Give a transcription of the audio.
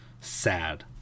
sad